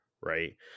right